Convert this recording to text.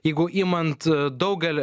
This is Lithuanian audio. jeigu imant daugelį